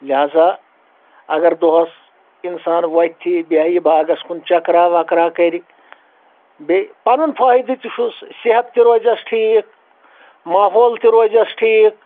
لِہٰذا اگر دۄہَس اِنسان وۄتھِ بیٚہہِ باغس کُن چکرا وکرا کٔرِ بیٚیہِ پنُن فٲہِدٕ تہِ چھُس صِحت تہِ روزیٚس ٹھیٖکھ ماحول تہِ روزیٚس ٹھیٖکھ